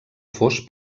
fos